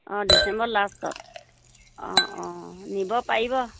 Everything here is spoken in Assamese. অঁ ডিচেম্বৰ লাষ্টত অঁ অঁ নিব পাৰিব